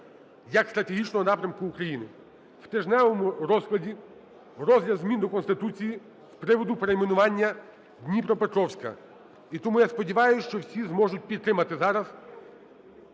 як стратегічного напрямку України, в тижневому розкладі - розгляд змін до Конституції з приводу перейменування Дніпропетровська. І тому я сподіваюсь, що всі зможуть підтримати зараз